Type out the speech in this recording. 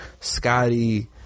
Scotty